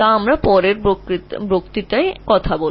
আমরা পরবর্তী বক্তৃতায় এটি সম্পর্কে বলব